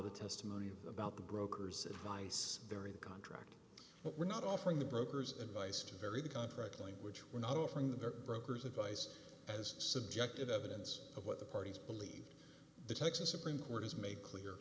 the testimony about brokers advice there is a contract but we're not offering the brokers advice to vary the contract language we're not offering their brokers advice as subjective evidence of what the parties believe the texas supreme court has made clear